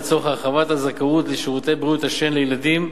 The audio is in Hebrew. לצורך הרחבת הזכאות לשירותי בריאות השן לילדים,